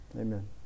Amen